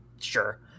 Sure